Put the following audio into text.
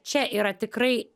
čia yra tikrai